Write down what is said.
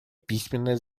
письменные